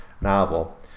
novel